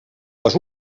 les